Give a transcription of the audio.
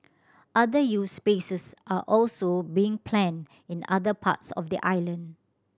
other youth spaces are also being planned in other parts of the island